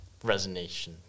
resonation